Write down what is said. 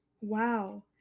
Wow